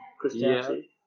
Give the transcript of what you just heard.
Christianity